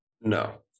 No